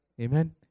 Amen